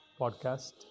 podcast